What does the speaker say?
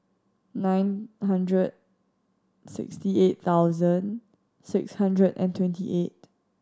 nine hundred and sixty eight thousand six hundred and twenty eight